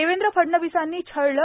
देवेंद्र फडणवीसांनी छळले